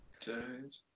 Dude